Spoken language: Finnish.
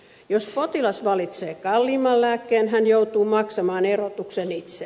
jos potilas valitsee kalliimman lääkkeen hän joutuu maksamaan erotuksen itse